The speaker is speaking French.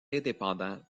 indépendant